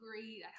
great